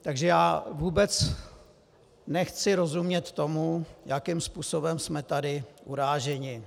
Takže já vůbec nechci rozumět tomu, jakým způsobem jsme tady uráženi.